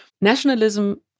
Nationalism